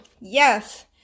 yes